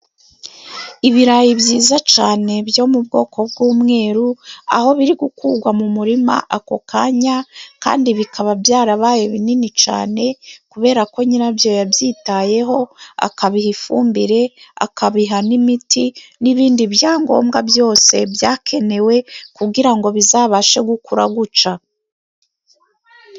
Ibirayi byiza cyane byo mu bwoko bw'umweru, aho biri gukurwa mu murima ako kanya, kandi bikaba byarabaye binini cyane, kubera ko nyirabyo yabyitayeho, akabiha ifumbire, akabiha n'imiti n'ibindi byangombwa byose byakenewe, kugira ngo bizabashe gukura gutya.